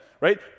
right